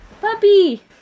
Puppy